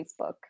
Facebook